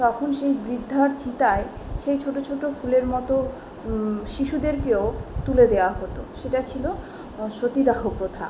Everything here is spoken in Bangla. তখন সেই বৃদ্ধর চিতায় সেই ছোটো ছোটো ফুলের মতো শিশুদেরকেও তুলে দেয়া হতো সেটা ছিলো সতীদাহ প্রথা